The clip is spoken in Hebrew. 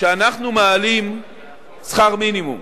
כשאנחנו מעלים את שכר המינימום,